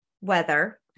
weather